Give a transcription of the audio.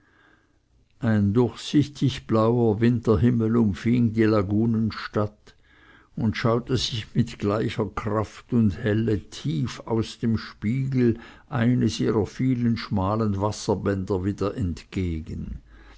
ein durchsichtig blauer winterhimmel umfing die lagunenstadt und schaute sich mit gleicher kraft und helle tief aus dem spiegel eines ihrer vielen schmalen wasserbänder wieder entgegen